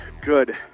good